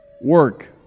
work